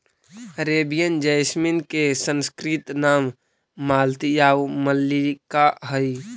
Arabian jasmine के संस्कृत नाम मालती आउ मल्लिका हइ